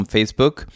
Facebook